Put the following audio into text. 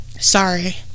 sorry